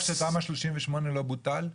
בטוח שתמ"א 38 לא בוטל?